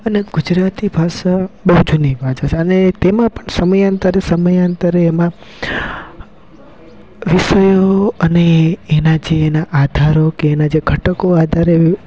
અને ગુજરાતી બહુ જૂની ભાષા છે અને તેમાં પણ સમયાંતરે સમયાંતરે એમાં વિષયો અને એના જે એના આધારો કે એના જે ઘટકો આધારે